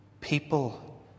People